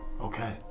Okay